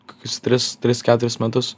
kokius tris tris keturis metus